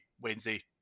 Wednesday